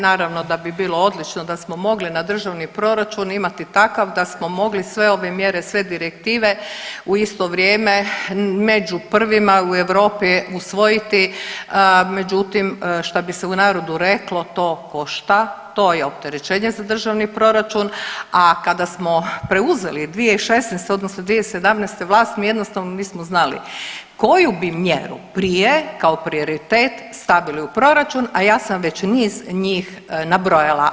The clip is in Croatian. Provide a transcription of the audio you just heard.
Naravno da bi bilo odlično da smo mogli na državni proračun imati takav da smo mogli sve ove mjere, sve direktive u isto vrijeme među prvima u Europi usvojiti međutim šta bi se u narodu reklo, to košta, to je opterećenje za državni proračun, a kada smo preuzeli 2016. odnosno 2017. vlast mi jednostavno nismo znali koju bi mjeru prije kao prioritet stavili u proračun, a ja sam već niz njih nabrojala.